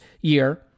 year